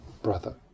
Brother